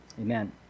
amen